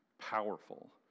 powerful